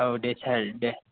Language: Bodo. औ दे सार दे